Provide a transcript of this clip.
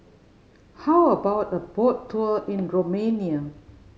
how about a boat tour in Romania